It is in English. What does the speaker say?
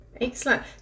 Excellent